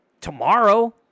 tomorrow